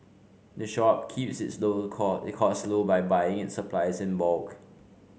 the shop keeps its slow it costs low by buying its supplies in bulk